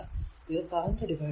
ഇത് current divider ആണ്